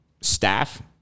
Staff